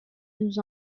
nous